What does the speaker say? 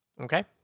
Okay